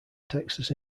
texas